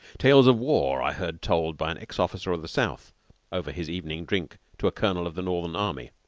tales of war i heard told by an ex-officer of the south over his evening drink to a colonel of the northern army,